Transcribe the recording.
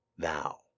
Thou